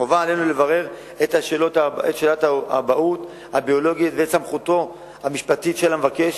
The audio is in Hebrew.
חובה עלינו לברר את שאלת האבהות הביולוגית ואת סמכותו המשפטית של המבקש